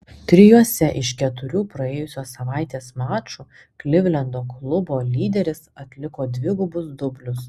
trijuose iš keturių praėjusios savaitės mačų klivlendo klubo lyderis atliko dvigubus dublius